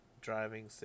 driving